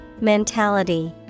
Mentality